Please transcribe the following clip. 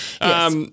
Yes